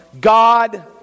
God